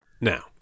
Now